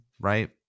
right